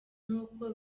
n’uko